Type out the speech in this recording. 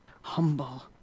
humble